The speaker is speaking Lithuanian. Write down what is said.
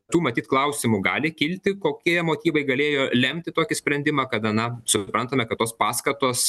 tų matyt klausimų gali kilti kokie motyvai galėjo lemti tokį sprendimą kada na suprantame kad tos paskatos